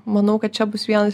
manau kad čia bus vienas